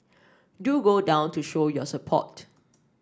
do go down to show your support